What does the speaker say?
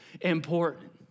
important